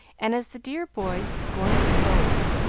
and as the dear boy scorned repose,